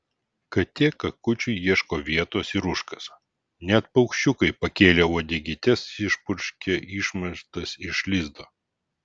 katė kakučiui ieško vietos ir užkasa net paukščiukai pakėlę uodegytes išpurškia išmatas iš lizdo